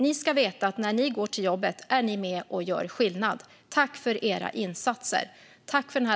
Ni ska veta att när ni går till jobbet är ni med och gör skillnad. Tack för era insatser!